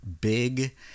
big